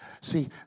see